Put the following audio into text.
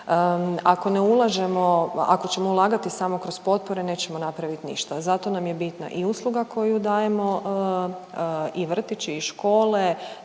ako ćemo ulagati samo kroz potpore nećemo napravit ništa. Zato nam je bitna i usluga koju dajemo i vrtići i škole,